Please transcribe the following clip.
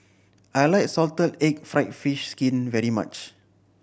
I like salted egg fried fish skin very much